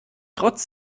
trotz